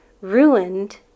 Ruined